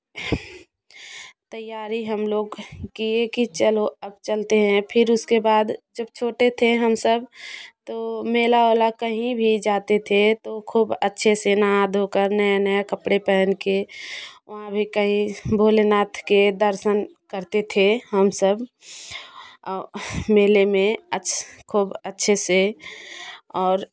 तैयारी हम लोग किए कि चलो अब चलते हैं फिर उसके बाद जब छोटे थे हम सब तो मेला वाला कहीं भी जाते थे तो खूब अच्छे से नहा धो कर नया नया कपड़े पहन के वहाँ भी कहीं भोलेनाथ के दर्शन करते थे हम सब मेले में अच्छ खूब अच्छे से और